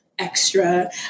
extra